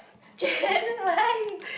Jen why